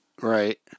Right